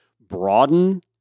broaden